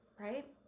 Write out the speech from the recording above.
right